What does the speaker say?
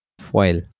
foil